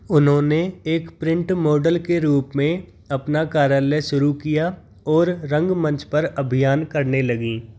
उन्होंने एक print model के रूप में अपना कार्यालय शुरू किया और रंगमंच पर अभियन करने लगीं